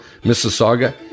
Mississauga